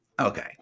okay